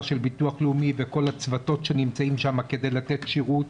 של ביטוח לאומי וכל הצוותות שנמצאים שם כדי לתת שירות.